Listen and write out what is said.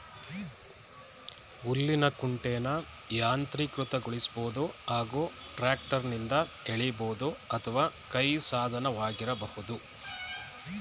ಹುಲ್ಲಿನ ಕುಂಟೆನ ಯಾಂತ್ರೀಕೃತಗೊಳಿಸ್ಬೋದು ಹಾಗೂ ಟ್ರ್ಯಾಕ್ಟರ್ನಿಂದ ಎಳಿಬೋದು ಅಥವಾ ಕೈ ಸಾಧನವಾಗಿರಬಹುದು